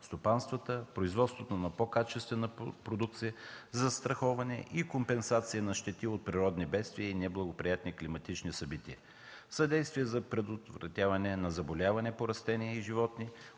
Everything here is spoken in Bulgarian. стопанствата в производството на по-качествена продукция, за застраховане и компенсации на щети от природни бедствия и неблагоприятни климатични събития, съдействие за предотвратяване на заболявания по растения и животни,